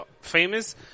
famous